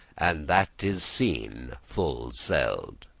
and that is seen full seld'.